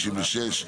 56,